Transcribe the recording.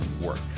work